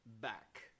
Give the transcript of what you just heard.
back